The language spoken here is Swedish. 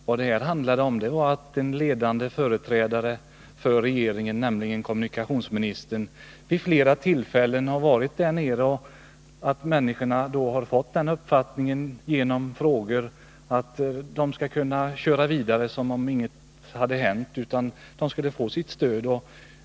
Vad det handlar om är att en ledande företrädare för regeringen, nämligen kommunikationsministern, vid flera tillfällen varit nere i Bohuslän och i svar på frågor bibringat människorna den uppfattningen att de skulle kunna köra vidare som om ingenting hade hänt och att de skulle få stöd.